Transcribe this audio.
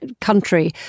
country